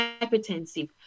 hypertensive